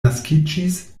naskiĝis